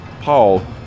Paul